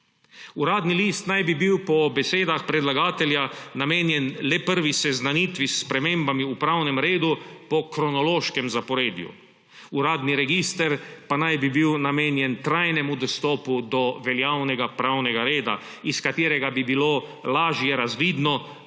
Uradni list naj bi bil po besedah predlagatelja namenjen le prvi seznanitvi s spremembami v pravnem redu po kronološkem zaporedju, uradni register pa naj bi bil namenjen trajnemu dostopu do veljavnega pravnega reda, iz katerega bi bilo lažje razvidno,